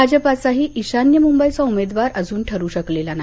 भाजपाचाही इशान्य मुंबईचा उमेदवार अजून ठरू शकला नाही